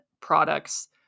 products